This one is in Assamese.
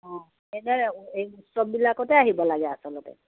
অঁ এই উৎসৱবিলাকতে আহিব লাগে আচলতে